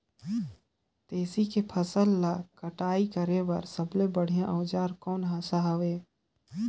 तेसी के फसल ला कटाई करे बार सबले बढ़िया औजार कोन सा हे?